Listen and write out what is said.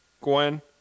Gwen